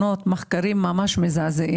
השד.